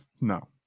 No